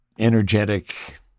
energetic